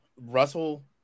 Russell